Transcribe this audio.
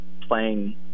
playing